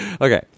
Okay